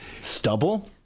Stubble